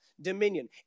dominion